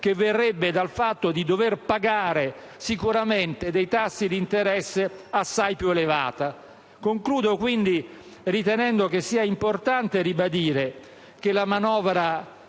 che verrebbe dal fatto di dover pagare sicuramente dei tassi di interesse assai più elevati. Concludo ritenendo che sia importante ribadire che la manovra